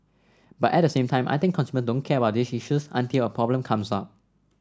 but at the same time I think consumers don't care about these issues until a problem comes up